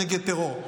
נגד טרור,